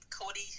Cody